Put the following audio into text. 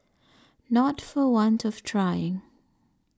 not for want of trying